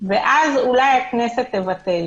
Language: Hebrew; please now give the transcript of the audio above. ואז אולי הכנסת תבטל.